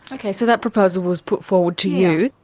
okay, so that proposal was put forward to you.